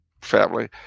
family